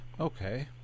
Okay